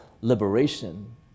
liberation